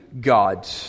God